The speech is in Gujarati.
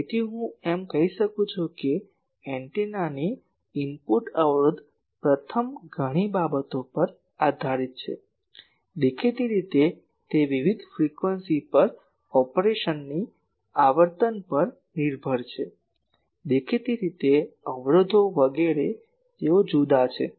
તેથી હું એમ કહી શકું છું કે એન્ટેનાની ઇનપુટ અવરોધ પ્રથમ ઘણી બાબતો પર આધારિત છે દેખીતી રીતે તે વિવિધ ફ્રીક્વન્સીઝ પર ઓપરેશનની આવર્તન પર નિર્ભર છે દેખીતી રીતે અવરોધો વગેરે તેઓ જુદા છે